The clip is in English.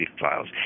files